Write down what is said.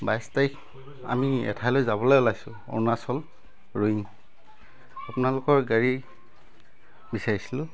বাইছ তাৰিখ আমি এঠাইলৈ যাবলৈ ওলাইছো অৰুণাচল ৰয়িং আপোনালোকৰ গাড়ী বিচাৰিছিলো